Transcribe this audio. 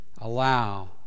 allow